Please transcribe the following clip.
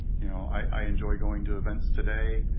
i enjoy going to events today